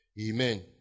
Amen